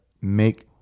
make